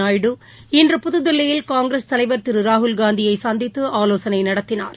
நாயுடு இன்று புதுதில்லியில் காங்கிரஸ் தலைவர் திரு ராகுல்காந்தியை சந்தித்து ஆலோசனை நடத்தினார்